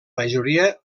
majoria